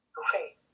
great